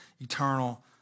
eternal